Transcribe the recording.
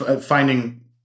finding